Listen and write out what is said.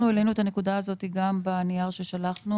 העלינו את הנקודה הזאת גם בנייר ששלחנו.